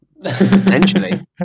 Potentially